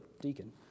deacon